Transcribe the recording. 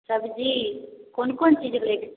सब्जी कोन कोन चीज लैके छै